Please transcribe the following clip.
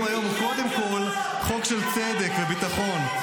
היום הוא קודם כול חוק של צדק וביטחון.